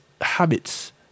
habits